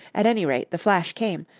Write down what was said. at any rate, the flash came,